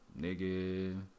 nigga